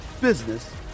business